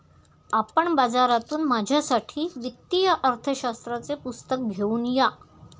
आपण बाजारातून माझ्यासाठी वित्तीय अर्थशास्त्राचे पुस्तक घेऊन या